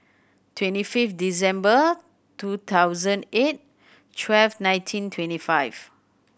twenty fifth December two thousand eight twelve nineteen twenty five